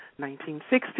1960